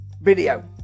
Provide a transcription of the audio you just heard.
video